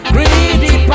Greedy